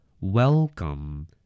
Welcome